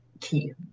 key